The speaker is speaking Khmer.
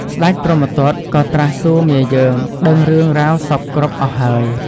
ស្តេចព្រហ្មទត្តក៏ត្រាស់សួរមាយើងដឹងរឿងរ៉ាវសព្វគ្រប់អស់ហើយ។